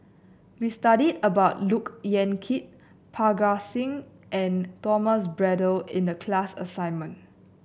we studied about Look Yan Kit Parga Singh and Thomas Braddell in the class assignment